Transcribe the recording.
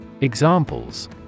Examples